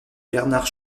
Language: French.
bernard